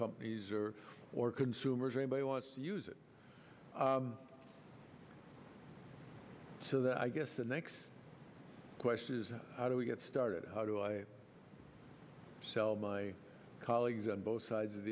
companies or or consumers anybody wants to use it so that i guess the next question is how do we get started how do i cell my colleagues on both sides of